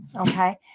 okay